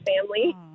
family